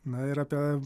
na ir apie